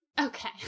Okay